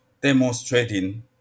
demonstrating